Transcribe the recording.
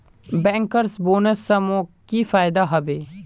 bankers bonus स मोक की फयदा हबे